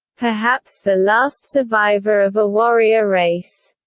perhaps the last survivor of a warrior race.